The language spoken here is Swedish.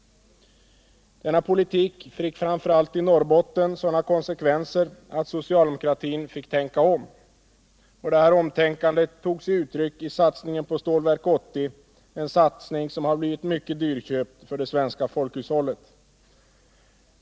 Denna politik fick framför allt i Norrbotten sådana konsekvenser att socialdemokratin fick tänka om. Detta omtänkande tog sig uttryck i satsningen på Stålverk 80, en satsning som har blivit mycket dyrköpt för det svenska folkhushållet.